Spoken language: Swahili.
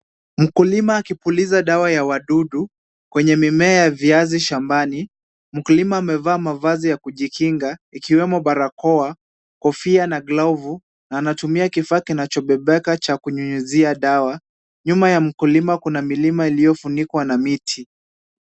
Mkulima akipuliza dawa ya wadudu kwenye mimea ya viazi shambani. Mkulima amevaa mavazi ya kujikinga ikiwemo barakoa, kofia na glove na anatumia kifaa kinachobebeka cha kunyunyizia dawa. Nyuma ya mkulima kuna milima iliyofunikwa na miti.